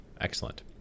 Excellent